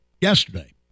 yesterday